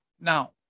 now